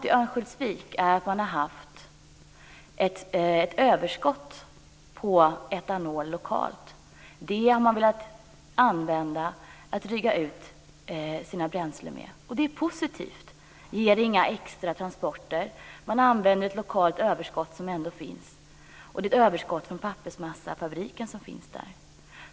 I Örnsköldsvik har man haft ett överskott på etanol. Det har man velat använda för att dryga ut sina bränslen med, och det är positivt. Det kräver inga extra transporter. Man använder ett lokal överskott som redan finns, ett överskott från pappersmassefabriken. Detta är bra.